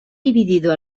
dividido